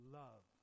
love